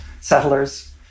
settlers